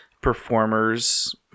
performers